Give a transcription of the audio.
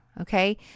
Okay